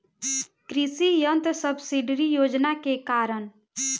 कृषि यंत्र सब्सिडी योजना के कारण?